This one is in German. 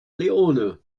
leone